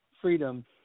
freedom